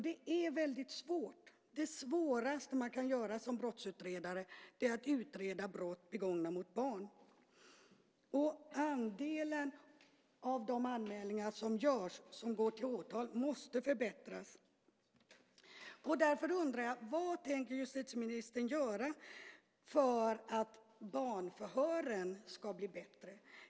Det är väldigt svårt. Det svåraste man kan göra som brottsutredare är att utreda brott begångna mot barn. Andelen av de anmälningar som görs som går till åtal måste förbättras. Därför undrar jag: Vad tänker justitieministern göra för att barnförhören ska bli bättre?